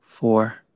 Four